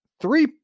three